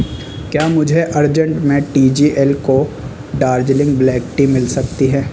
کیا مجھے ارجنٹ میں ٹی جی ایل کو دارجیلنگ بلیک ٹی مل سکتی ہے